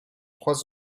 trois